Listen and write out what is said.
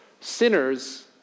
Sinners